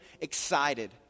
excited